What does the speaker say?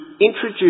introduce